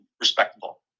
respectable